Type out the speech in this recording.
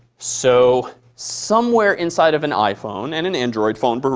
so somewhere inside of an iphone and an android phone, but